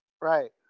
Right